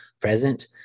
present